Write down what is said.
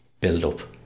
build-up